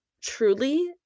truly